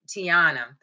Tiana